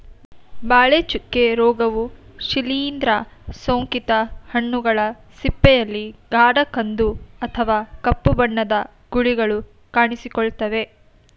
ಬಾಳೆ ಚುಕ್ಕೆ ರೋಗವು ಶಿಲೀಂದ್ರ ಸೋಂಕಿತ ಹಣ್ಣುಗಳ ಸಿಪ್ಪೆಯಲ್ಲಿ ಗಾಢ ಕಂದು ಅಥವಾ ಕಪ್ಪು ಬಣ್ಣದ ಗುಳಿಗಳು ಕಾಣಿಸಿಕೊಳ್ತವೆ